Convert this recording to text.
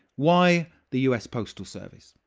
why the u s. postal service?